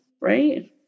Right